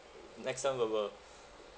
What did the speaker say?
next time we will